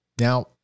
now